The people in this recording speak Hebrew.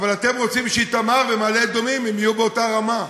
אבל אתם רוצים שאיתמר ומעלה-אדומים יהיו באותה רמה,